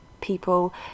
people